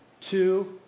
two